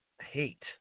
hate